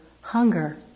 hunger